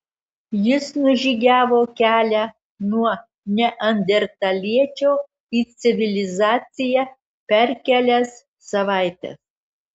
jis nužygiavo kelią nuo neandertaliečio į civilizaciją per kelias savaites